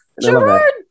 Gerard